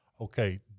okay